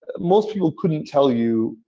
most people couldn't tell you,